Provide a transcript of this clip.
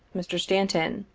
mr. stan ton,